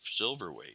silverweight